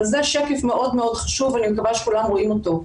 שקף מאוד חשוב, אני מקווה שכולם רואים אותו.